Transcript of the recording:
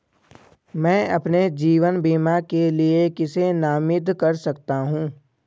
मैं अपने जीवन बीमा के लिए किसे नामित कर सकता हूं?